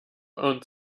owns